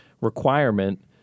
requirement